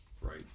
right